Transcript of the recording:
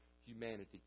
humanity